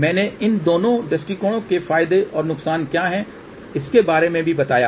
मैंने इन दोनों दृष्टिकोणों के फायदे और नुकसान क्या हैं इसके बारे में भी बताया